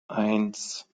eins